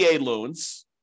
loans